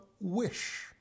wish